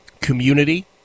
community